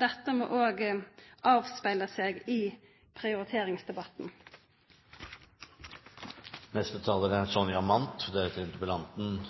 Dette må også avspeile seg i prioriteringsdebatten. Takk også fra meg til interpellanten.